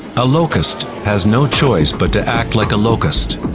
a locust has no choice but to act like a locust.